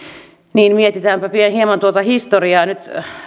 niin mietitäänpä hieman tuota historiaa nyt